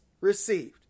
received